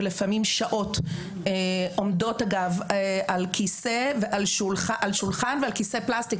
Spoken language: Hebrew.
ולפעמים שעות עומדות על שולחן ועל כיסא פלסטיק,